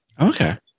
Okay